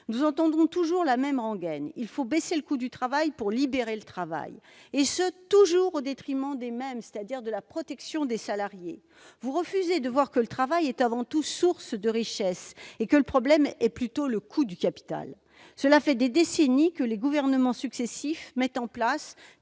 Nous entendons toujours la même rengaine :« Il faut baisser le coût du travail pour libérer le travail », et ce, toujours, au détriment des mêmes, de la protection des salariés. Vous refusez de voir que le travail est avant tout source de richesse et que le problème est plutôt le coût du capital. Cela fait des décennies que les gouvernements successifs mettent en place